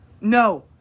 no